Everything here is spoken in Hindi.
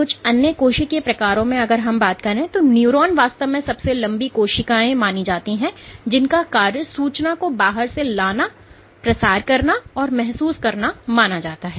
कुछ अन्य कोशिकीय प्रकारों में न्यूरॉन वास्तव में सबसे लंबी कोशिकाएं मानी जाती है जिनका कार्य सूचना को बाहर से लाना प्रसार करना और महसूस करना माना जाता है